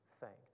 thanked